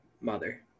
mother